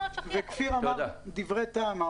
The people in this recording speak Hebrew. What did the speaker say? כפיר בטט אמר דברי טעם.